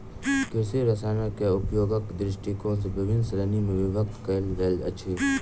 कृषि रसायनकेँ उपयोगक दृष्टिकोण सॅ विभिन्न श्रेणी मे विभक्त कयल गेल अछि